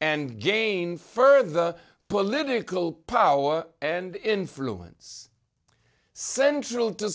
and gain further political power and influence central to